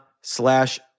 slash